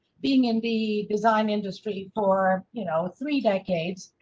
being in the design industry for you know three decades,